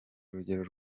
urugero